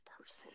person